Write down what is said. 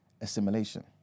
assimilation